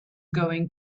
going